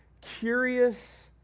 curious